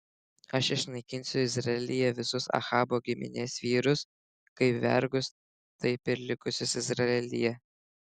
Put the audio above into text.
aš išnaikinsiu izraelyje visus ahabo giminės vyrus kaip vergus taip ir likusius izraelyje